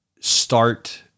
start